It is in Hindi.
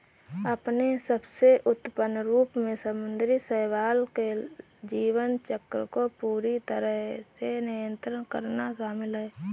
अपने सबसे उन्नत रूप में समुद्री शैवाल के जीवन चक्र को पूरी तरह से नियंत्रित करना शामिल है